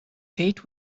fate